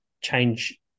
change